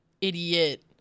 idiot